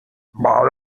mal